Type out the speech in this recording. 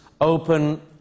open